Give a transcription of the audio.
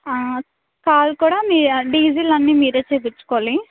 car కూడా మీ diesel అన్నీ మీరే చేయించుకోవాలి